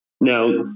Now